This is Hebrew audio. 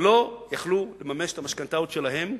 לא יכלו לממש את המשכנתאות שלהם,